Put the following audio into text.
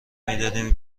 میدادیم